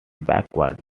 backwards